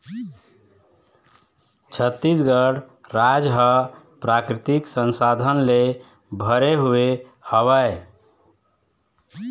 छत्तीसगढ़ राज ह प्राकृतिक संसाधन ले भरे हुए हवय